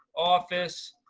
office,